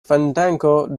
fandango